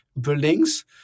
buildings